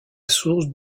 source